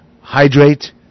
Hydrate